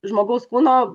žmogaus kūno